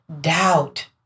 doubt